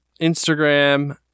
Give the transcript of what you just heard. Instagram